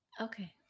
Okay